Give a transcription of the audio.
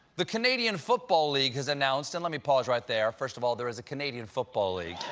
the canadian football league has announced and let me pause right there first of all, there is a canadian football league,